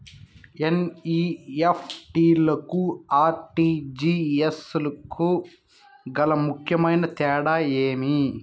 NEFT కు RTGS కు గల ముఖ్యమైన తేడా ఏమి?